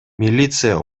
милиция